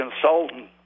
consultant